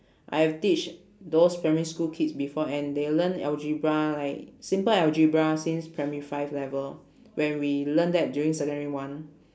I've teach those primary school kids before and they learn algebra like simple algebra since primary five level when we learn that during secondary one